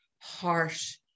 harsh